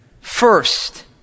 First